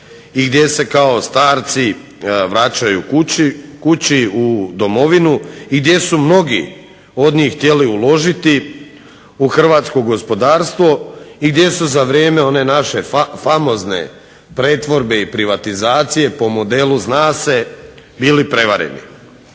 i gdje se kao starci vraćaju kući u domovinu i gdje su mnogi od njih htjeli uložiti u hrvatsko gospodarstvo i gdje su za vrijeme one naše famozne pretvorbe i privatizacije po modelu zna se bili prevareni.